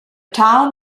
town